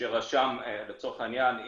לצורך העניין,